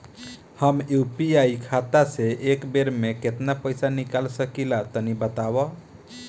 हम यू.पी.आई खाता से एक बेर म केतना पइसा निकाल सकिला तनि बतावा?